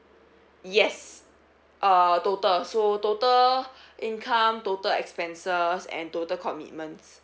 yes uh total so total income total expenses and total commitments